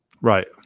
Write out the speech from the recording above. Right